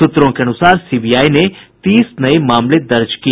सूत्रों के अनुसार सीबीआई ने तीस नये मामले दर्ज किए